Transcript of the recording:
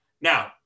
Now